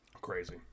Crazy